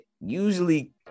usually